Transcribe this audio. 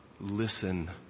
Listen